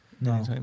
No